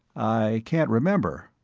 i can't remember.